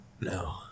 No